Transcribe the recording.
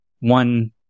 one